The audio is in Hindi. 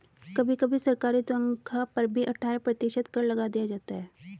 कभी कभी सरकारी तन्ख्वाह पर भी अट्ठारह प्रतिशत कर लगा दिया जाता है